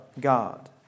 God